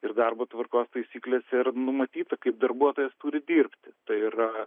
ir darbo tvarkos taisyklės yra numatyta kaip darbuotojas turi dirbti tai yra